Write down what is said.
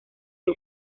que